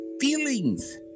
feelings